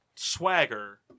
Swagger